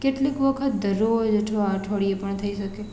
કેટલીક વખત દરરોજ અથવા અઠવાડિયે પણ થઈ શકે